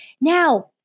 Now